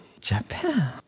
Japan